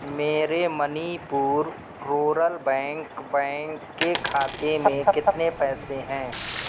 میرے Manipur rural bank bank کے کھاتے میں کتنے پیسے ہیں